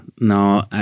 no